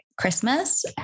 Christmas